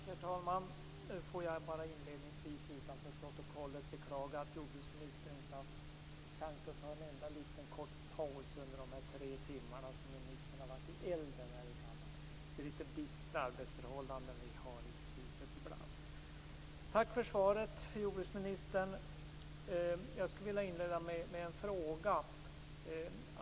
Herr talman! Får jag bara inledningsvis beklaga att jordbruksministern inte har haft chans att ta en enda liten kort paus under dessa tre timmar som ministern har varit i elden här i kammaren. Det är litet bistra arbetsförhållanden vi har i huset ibland. Tack för svaret, jordbruksministern. Jag skulle vilja inleda med en fråga.